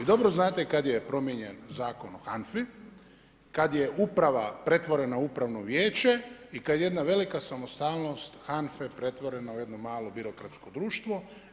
Vi dobro znate kada je promijenjen Zakon o HANFA-i, kada je uprava pretvorena u upravno vijeće i kada je jedna velika samostalnost HANFA-e pretvorena u jednu malo birokratsko društvo.